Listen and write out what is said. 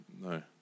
no